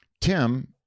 Tim